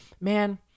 man